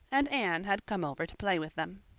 and anne had come over to play with them.